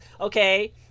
okay